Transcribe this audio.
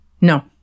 no